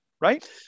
right